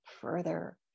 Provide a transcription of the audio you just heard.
further